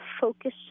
focus